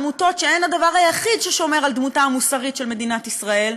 עמותות שהן הדבר היחיד ששומר על דמותה המוסרית של מדינת ישראל,